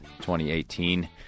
2018